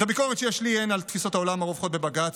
את הביקורת שיש לי הן על תפיסות העולם הרווחות בבג"ץ